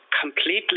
completely